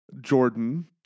Jordan